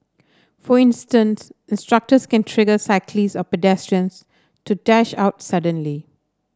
for instance instructors can cyclists or pedestrians to dash out suddenly